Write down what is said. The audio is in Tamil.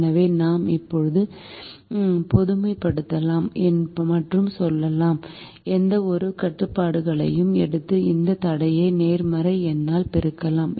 எனவே நாம் இப்போது பொதுமைப்படுத்தலாம் மற்றும் சொல்லலாம் எந்தவொரு கட்டுப்பாடுகளையும் எடுத்து இந்த தடையை நேர்மறை எண்ணால் பெருக்கலாம்